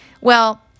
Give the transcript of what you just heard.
Well